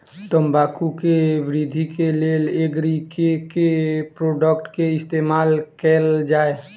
तम्बाकू केँ वृद्धि केँ लेल एग्री केँ के प्रोडक्ट केँ इस्तेमाल कैल जाय?